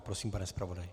Prosím, pane zpravodaji.